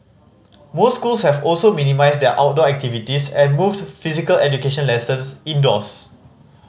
most schools have also minimised their outdoor activities and moved physical education lessons indoors